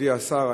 מכובדי השר,